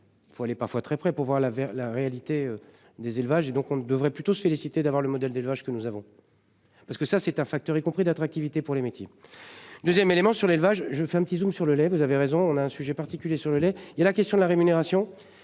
Faut aller parfois très près pour voir la vers la réalité des élevages et donc on ne devrait plutôt se féliciter d'avoir le modèle d'élevage que nous avons. Parce que ça c'est un facteur y compris d'attractivité pour les meetings. 2ème élément sur l'élevage, je fais un petit zoom sur le lait, vous avez raison, on a un sujet particulier sur le lait et la question de la rémunération